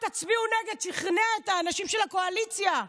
אל תצביעו נגד, שִכנע את האנשים של הקואליציה.